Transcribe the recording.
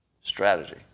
Strategy